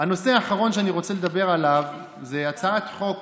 הנושא האחרון שאני רוצה לדבר עליו זה הצעת חוק